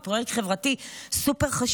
שהוא פרויקט חברתי סופר-חשוב,